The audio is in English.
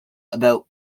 about